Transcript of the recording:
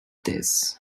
this